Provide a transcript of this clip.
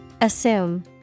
Assume